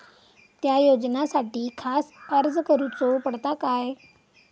त्या योजनासाठी खास अर्ज करूचो पडता काय?